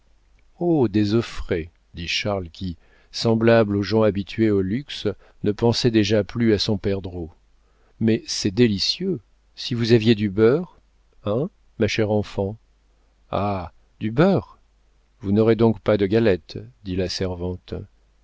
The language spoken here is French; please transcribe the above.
des œufs frais dit charles qui semblable aux gens habitués au luxe ne pensait déjà plus à son perdreau mais c'est délicieux si vous aviez du beurre hein ma chère enfant ah du beurre vous n'aurez donc pas de galette dit la servante